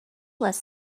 less